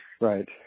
Right